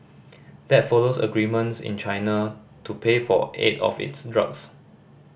that follows agreements in China to pay for eight of its drugs